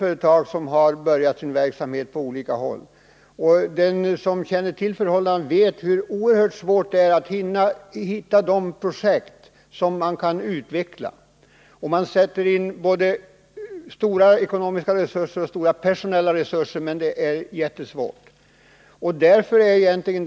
Svetab har börjat bedriva verksamhet på olika håll, och den som känner till förhållandena vet hur oerhört svårt det är att finna projekt som man kan utveckla. Man sätter in stora ekonomiska och personella resurser på detta, men det är trots dessa satsningar en mycket svår uppgift.